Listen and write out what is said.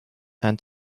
and